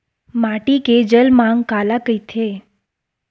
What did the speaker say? माटी के जलमांग काला कइथे?